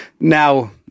Now